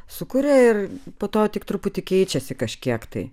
sukuria ir po to tik truputį keičiasi kažkiek tai